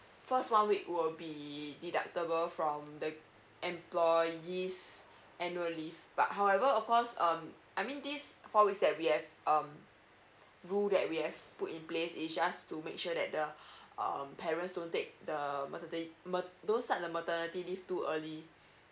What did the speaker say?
first one week will be deductible from the employee's annual leave but however of course um I mean this four weeks that we have um rule that we have put in place is just to make sure that the um parents don't take the maternity ma~ don't start the maternity leave too early